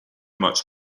much